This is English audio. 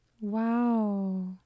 Wow